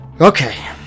Okay